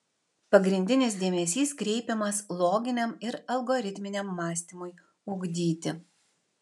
pagrindinis dėmesys kreipiamas loginiam ir algoritminiam mąstymui ugdyti